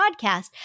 podcast